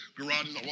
garages